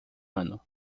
ano